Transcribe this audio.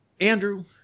Andrew